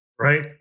Right